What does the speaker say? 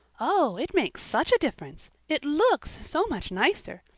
oh, it makes such a difference. it looks so much nicer.